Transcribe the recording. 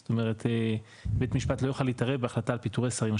זאת אומרת בית משפט לא יכול להתערב בהחלטה על פיטורי שרים.